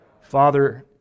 Father